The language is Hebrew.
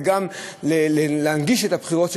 וגם להנגיש את הבחירות,